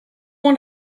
want